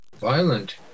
violent